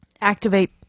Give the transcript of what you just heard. activate